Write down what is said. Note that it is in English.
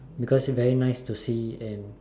because it's very nice to see and